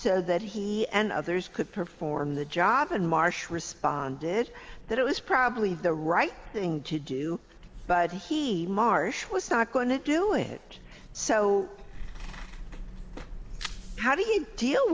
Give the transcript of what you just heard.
so that he and others could perform the job and marsh responded that it was probably the right thing to do but he marsh was not going to do it so how do you deal